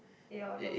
your your